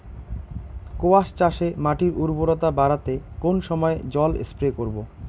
কোয়াস চাষে মাটির উর্বরতা বাড়াতে কোন সময় জল স্প্রে করব?